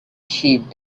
sheep